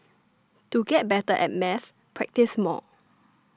to get better at maths practise more